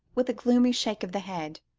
with a gloomy shake of the head,